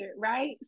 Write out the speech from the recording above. right